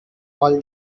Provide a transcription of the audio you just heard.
all